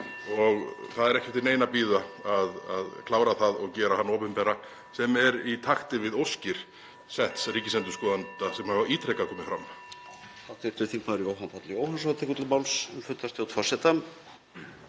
og það er ekki eftir neinu að bíða að klára það og gera hana opinbera sem er í takti við óskir setts ríkisendurskoðanda sem hafa ítrekað komið fram.